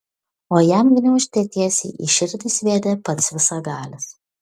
o jam gniūžtę tiesiai į širdį sviedė pats visagalis